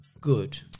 good